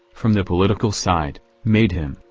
from the political side, made him,